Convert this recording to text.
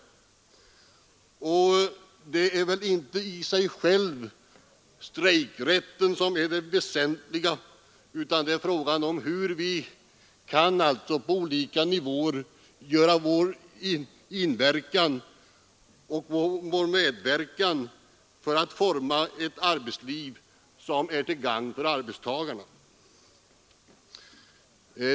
Det är väl inte strejkrätten i sig själv som är väsentlig, utan det är frågan hur vi kan på olika nivåer ge vår medverkan för att forma ett arbetsliv som är till gagn för arbetstagarna.